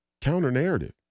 counter-narrative